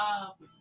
up